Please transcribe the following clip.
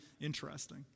interesting